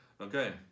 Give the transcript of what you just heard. Okay